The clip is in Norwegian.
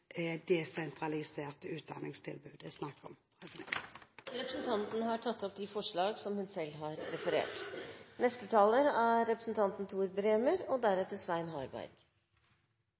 desentraliserte utdanningstilbud det er snakk om. Representanten Bente Thorsen har tatt opp de forslagene hun